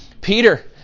Peter